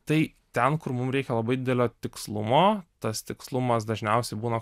tai ten kur mum reikia labai didelio tikslumo tas tikslumas dažniausiai būna